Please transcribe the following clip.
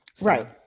Right